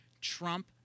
trump